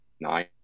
Nine